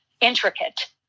intricate